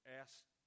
asked